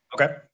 Okay